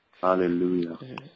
Hallelujah